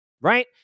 Right